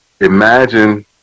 imagine